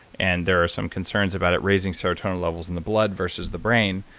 and there's some concerns about it raising serotonin levels in the blood versus the brain.